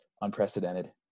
unprecedented